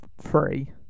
free